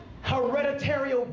Hereditary